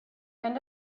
end